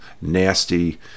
nasty